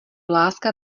láska